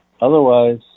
Otherwise